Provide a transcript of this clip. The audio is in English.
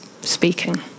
speaking